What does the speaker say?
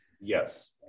Yes